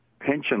pension